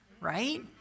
Right